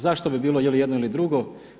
Zašto bi bilo ili jedno ili drugo.